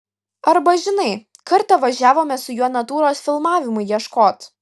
arba žinai kartą važiavome su juo natūros filmavimui ieškot